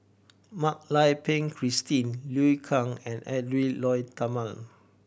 Mak Lai Peng Christine Liu Kang and Edwy Lyonet Talma